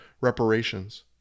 reparations